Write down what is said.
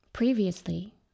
Previously